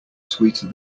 sweeter